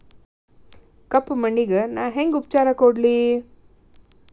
ಕಪ್ಪ ಮಣ್ಣಿಗ ನಾ ಹೆಂಗ್ ಉಪಚಾರ ಕೊಡ್ಲಿ?